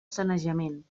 sanejament